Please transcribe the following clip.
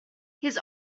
his